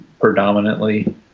predominantly